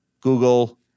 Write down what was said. Google